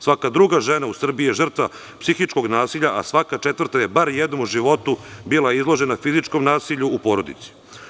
Svaka druga žena u Srbiji je žrtva psihičkog nasilja,a svaka četvrta je bar jednom u životu bila izložena fizičkom nasilju u porodici.